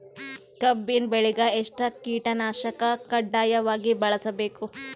ಕಬ್ಬಿನ್ ಬೆಳಿಗ ಎಷ್ಟ ಕೀಟನಾಶಕ ಕಡ್ಡಾಯವಾಗಿ ಬಳಸಬೇಕು?